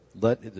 let